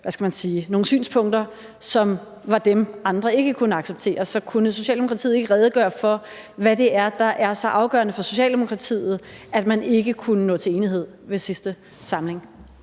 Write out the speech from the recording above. nogle synspunkter, som var dem, andre ikke kunne acceptere. Så kunne Socialdemokratiets ordfører ikke redegøre for, hvad det er, der er så afgørende for Socialdemokratiet, i forhold til at man ikke kunne nå til enighed ved sidste samling?